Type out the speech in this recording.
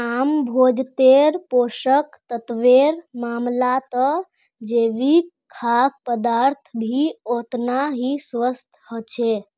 आम भोजन्नेर पोषक तत्वेर मामलाततजैविक खाद्य पदार्थ भी ओतना ही स्वस्थ ह छे